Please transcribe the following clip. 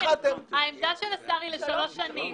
העמדה של השר היא לשלוש שנים.